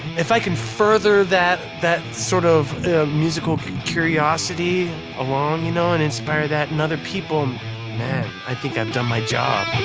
if i can further that, that sort of musical curiosity along you know and inspire that in other people, then i think i've done my job.